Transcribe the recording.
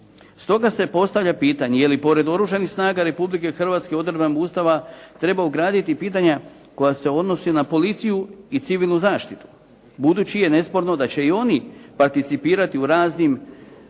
Stoga se postavlja pitanje, je li pored Oružanih snaga Republike Hrvatske odredbom Ustava, treba ugraditi pitanja koja se odnose na policiju i civilnu zaštitu, budući je nesporno da će i oni participirati u raznim